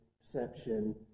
perception